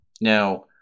Now